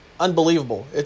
Unbelievable